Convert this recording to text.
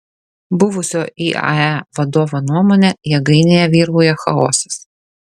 buvusio iae vadovo nuomone jėgainėje vyrauja chaosas